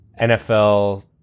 NFL